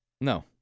No